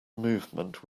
movement